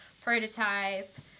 prototype